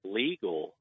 legal